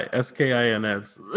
skins